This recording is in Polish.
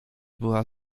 była